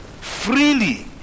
freely